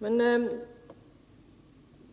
Men